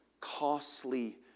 Costly